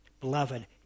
Beloved